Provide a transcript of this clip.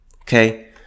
Okay